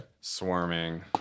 swarming